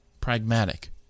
pragmatic